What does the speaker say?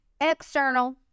external